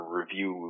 review